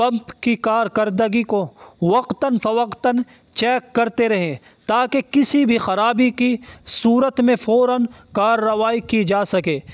pump کی کارکردگی کو وقتاًفوقتاً چیک کرتے رہے تاکہ کسی بھی خرابی کی صورت میں فوراً کارروائی کی جا سکے